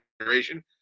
generation